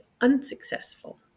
unsuccessful